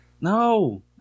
No